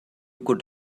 could